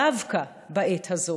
דווקא בעת הזו,